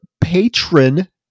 patron